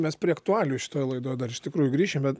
mes prie aktualijų šitoj laidoj dar iš tikrųjų grįšim bet